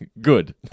good